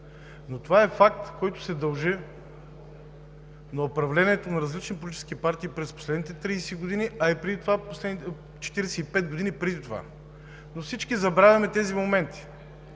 Но това е факт, който се дължи на управлението на различни политически партии през последните 30 години, а и 45 години преди това. Всички забравяме тези моменти.